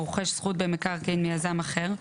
הרוכש זכות במקרקעין מיזם אחר,